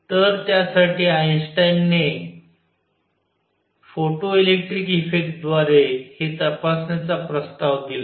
तर त्यासाठी आइनस्टाईनने फोटो इलेक्ट्रिक इफेक्टद्वारे हे तपासण्याचा प्रस्ताव दिला